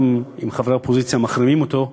גם אם חברי האופוזיציה מחרימים אותו,